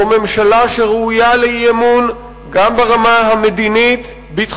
זו ממשלה שראויה לאי-אמון גם ברמה המדינית-ביטחונית,